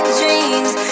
dreams